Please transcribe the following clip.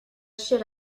should